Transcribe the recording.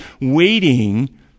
waiting